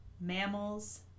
Mammals